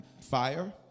Fire